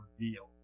reveal